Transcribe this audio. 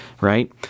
right